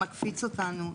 מקפיץ אותנו.